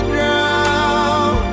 drown